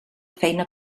feina